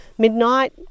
midnight